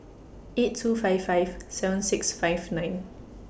eight two five five seven six five nine